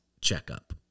checkup